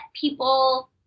people